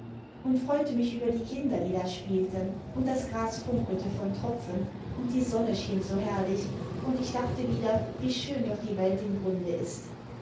und freute nüch über die kinder die da spielten imd das gras funkelte von tropfen und die sonne schien so herrlich und ich dachte wieder wie schön doch die welt im grunde ist